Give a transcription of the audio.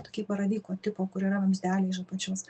tokie baravyko tipo kur yra vamzdeliai iš apačios